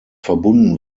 verbunden